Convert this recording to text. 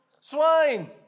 swine